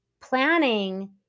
planning